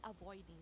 avoiding